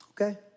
okay